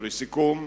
ולסיכום,